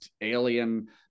alien